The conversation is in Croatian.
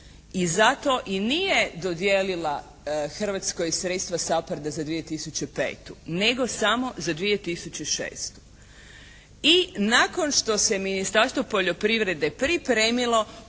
i zato i nije dodijelila Hrvatskoj sredstva SAPARD za 2005. nego samo za 2006. I nakon što se Ministarstvo poljoprivrede pripremilo